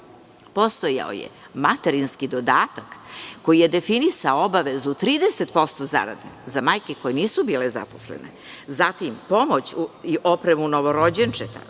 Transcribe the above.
Postojao je materinski dodatak koji je definisao da obavezu 30% zarade za majke koje nisu bile zaposlene. Zatim pomoć i oprema novorođenčetu,